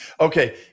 okay